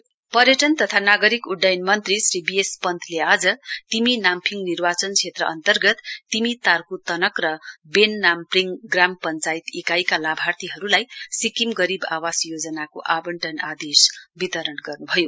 SGAY पर्यटन तथा नागरिक उड्डयन मन्त्री श्री बीएस पन्तले आज तिमी नाम्फिङ निर्वाचन क्षेत्र अन्तर्गत तिमी तार्कु तनक र बेन नाम्प्रिक ग्राम पञ्चायत इकाइका लामार्थीहरूलाई सिक्किम गरीब आवास योजनाको आदेश वितरण गर्नुभयो